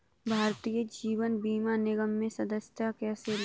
भारतीय जीवन बीमा निगम में सदस्यता कैसे लें?